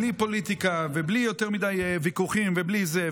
בלי פוליטיקה ובלי יותר מדי ויכוחים ובלי זה,